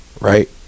right